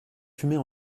fumer